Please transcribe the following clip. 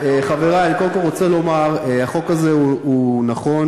חברי, אני קודם כול רוצה לומר: החוק הזה הוא נכון,